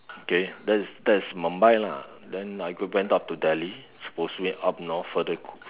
okay that is that is Mumbai lah then I go went up to Delhi it's mostly up north further